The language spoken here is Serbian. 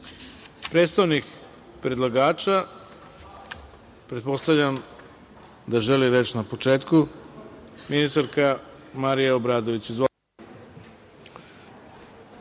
9.Predstavnik predlagača, pretpostavljam da želi reč na početku, ministar Marija Obradović. Izvolite.